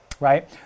right